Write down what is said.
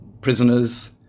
prisoners